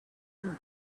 them